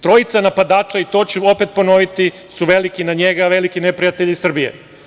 Trojica napadača, i to ću opet ponoviti, su veliki neprijatelji Srbije.